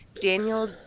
Daniel